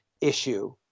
issue